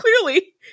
clearly